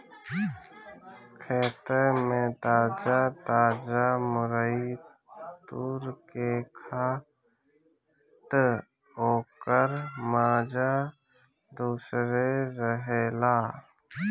खेते में ताजा ताजा मुरई तुर के खा तअ ओकर माजा दूसरे रहेला